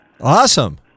Awesome